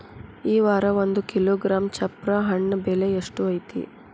ಈ ವಾರ ಒಂದು ಕಿಲೋಗ್ರಾಂ ಚಪ್ರ ಹಣ್ಣ ಬೆಲೆ ಎಷ್ಟು ಐತಿ?